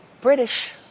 British